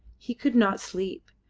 he could not sleep,